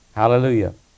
hallelujah